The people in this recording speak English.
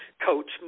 coach